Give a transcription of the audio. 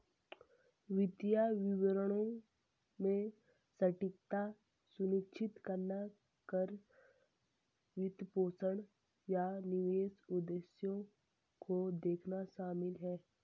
वित्तीय विवरणों में सटीकता सुनिश्चित करना कर, वित्तपोषण, या निवेश उद्देश्यों को देखना शामिल हैं